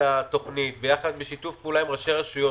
התוכנית בשיתוף פעולה עם ראשי הרשויות.